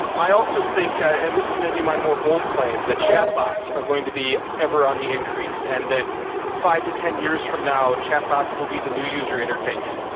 um i also think ah and this may be my more bold claim that chat bots are going to be ever on the increase and that five to ten years from now chat bots will be the new user interface.